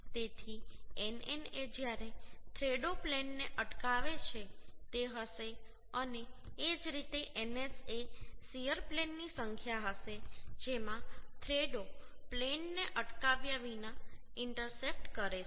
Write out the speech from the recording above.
તેથી nn એ જ્યારે થ્રેડો પ્લેનને અટકાવે છે તે હશે અને એ જ રીતે ns એ શીયર પ્લેનની સંખ્યા હશે જેમાં થ્રેડો પ્લેનને અટકાવ્યા વિના ઇન્ટરસેપ્ટ કરે છે